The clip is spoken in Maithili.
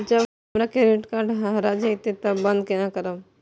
जब हमर क्रेडिट कार्ड हरा जयते तब बंद केना करब?